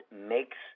makes